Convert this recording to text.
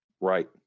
Right